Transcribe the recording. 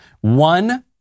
One